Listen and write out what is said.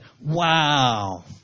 wow